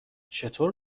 چطور